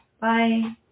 Bye